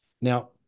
Now